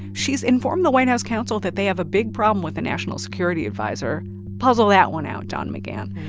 she's informed the white house counsel that they have a big problem with the national security adviser. puzzle that one out, don mcgahn.